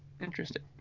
Interesting